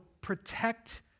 protect